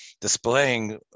displaying